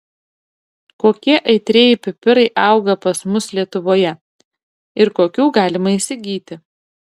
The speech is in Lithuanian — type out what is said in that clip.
kokie aitrieji pipirai auga pas mus lietuvoje ir kokių galima įsigyti